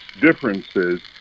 differences